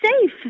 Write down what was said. safe